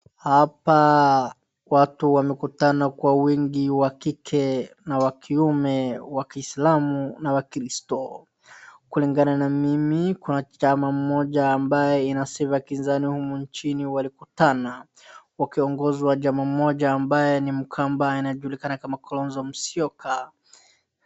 Hapa watu wamekutana kwa wingi wakike na wakiume, wakiislamu na wakristo. Kulingana na mimi kuna chama mmoja ambaye inasifa kinzani huku nchini walikutana wakiongozwa na jamaa ambaye ni Mkamba anajulikana kama Kalonzo Musyoka.